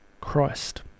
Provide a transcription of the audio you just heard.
Christ